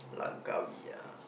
Langkawi ah